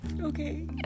okay